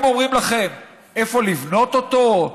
הם אומרים לכם איפה לבנות אותו,